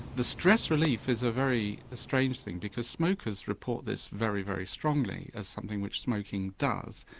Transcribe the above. the stress relief is a very strange thing because smokers report this very, very strongly as something which smoking does.